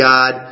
God